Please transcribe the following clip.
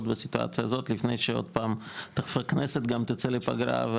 בסיטואציה הזאת לפני שעוד פעם הכנסת תצא לפגרה.